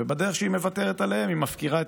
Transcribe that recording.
ובדרך שהיא מוותרת עליהם היא מפקירה את